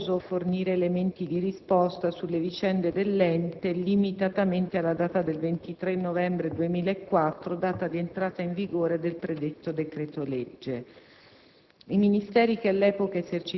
Ritengo tuttavia doveroso fornire elementi di risposta sulle vicende dell'ente limitatamente alla data del 23 novembre 2004, data di entrata in vigore del predetto decreto‑legge.